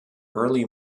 early